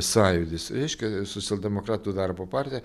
sąjūdis reiškia socialdemokratų darbo partija